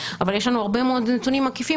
אבל יש לנו הרבה מאוד נתונים עקיפים.